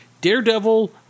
daredevil